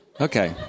Okay